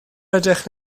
ydych